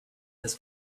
this